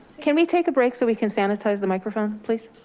can we take a break so we can sanitize the microphone please?